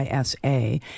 ISA